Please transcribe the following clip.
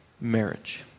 marriage